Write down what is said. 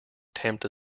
tempt